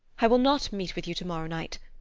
i will not meet with you to-morrow night.